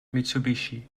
mitsubishi